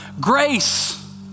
grace